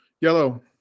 yellow